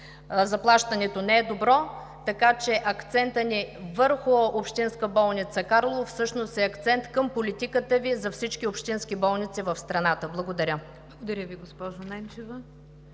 Заплащането не е добро, така че акцентът ни върху Общинска болница Карлово всъщност е акцент към политиката Ви за всички общински болници в страната. Благодаря.